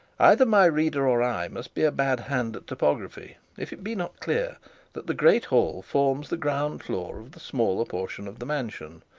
either my reader or i must be a bad hand at topography, if it be not clear that the great hall forms the ground-floor of the smaller portion of the mansion,